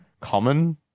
common